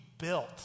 built